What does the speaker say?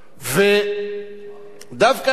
ודווקא בימים האלה,